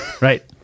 Right